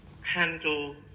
handle